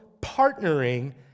partnering